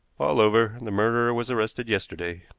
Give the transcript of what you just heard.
all over. the murderer was arrested yesterday,